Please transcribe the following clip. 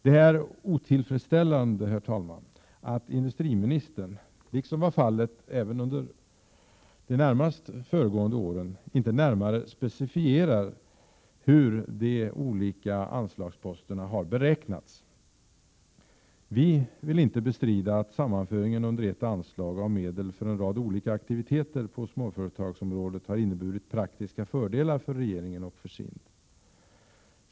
Det är otillfredsställande, herr talman, att industriministern, liksom var fallet även under de närmast föregående åren, inte närmare specificerar hur de olika anslagsposterna har beräknats. Vi vill inte bestrida att sammanföringen under ett anslag av medel för en rad olika aktiviteter på småföretagsområdet har inneburit praktiska fördelar för regeringen och för SIND.